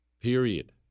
Period